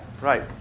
right